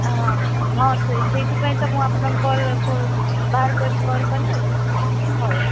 ହଁ ମ୍ୟାଡମ ହଁ ସେଇଥିପାଇଁ ତ ମୁଁ ଆପଣଙ୍କୁ କଲ୍ ବାହାର କରି କଲ୍ କଲି ହଉ